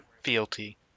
fealty